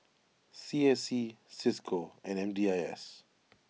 C S C Cisco and M D I S